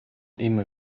immer